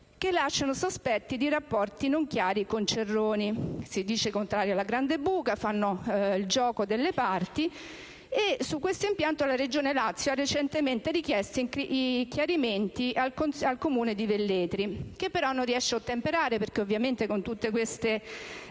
che lasciano sospetti di rapporti non chiari con Cerroni, si dice contrario alla grande buca; fanno il gioco delle parti e su questo impianto la Regione Lazio ha recentemente richiesto integrazioni e chiarimenti al Comune di Velletri, che però non riesce ad ottemperare, perché ovviamente con tutte queste